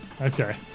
Okay